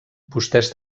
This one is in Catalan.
vostès